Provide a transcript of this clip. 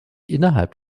innerhalb